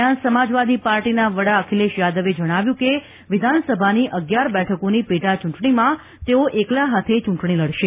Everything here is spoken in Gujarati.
દરમિયાન સમાજવાદી પાર્ટીના વડા અખિલેશ યાદવે જણાવ્યું કે વિધાનસભાની અગિયાર બેઠકોની પેટાચૂંટણીમાં તેઓ એકલા હાથે ચૂંટણી લડશે